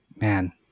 man